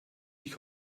ich